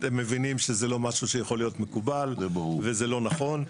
אתם מבינים שזה לא משהו שיכול להיות מקובל וזה לא נכון.